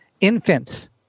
infants